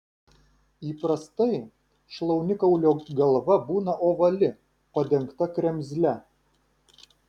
įprastai šlaunikaulio galva būna ovali padengta kremzle